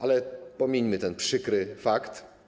Ale pomińmy ten przykry fakt.